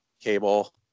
Cable